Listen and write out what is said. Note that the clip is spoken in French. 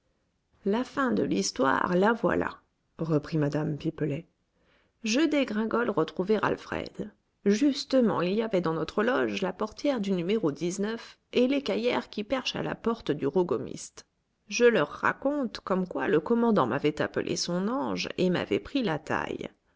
la fin de l'histoire la voilà reprit mme pipelet je dégringole retrouver alfred justement il y avait dans notre loge la portière du n et l'écaillère qui perche à la porte du rogomiste je leur raconte comme quoi le commandant m'avait appelée son ange et m'avait pris la taille